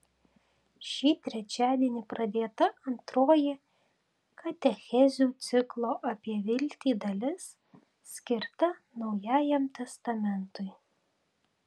šį trečiadienį pradėta antroji katechezių ciklo apie viltį dalis skirta naujajam testamentui